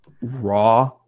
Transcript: raw